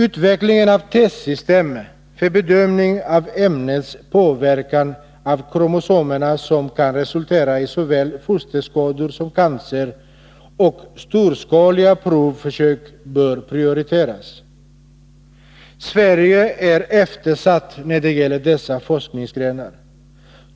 Utvecklingen av testsystem för bedömning av ämnens påverkan på kromosomerna, som kan resultera i såväl fosterskador som cancer, och storskaliga djurförsök bör prioriteras. Sverige är eftersatt när det gäller dessa forskningsgrenar,